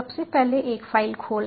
सबसे पहले एक फ़ाइल खोलना